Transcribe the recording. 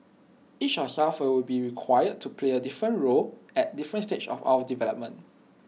each of us will be required to play different roles at different stages of our development